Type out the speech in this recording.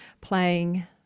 playing